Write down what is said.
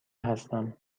هستم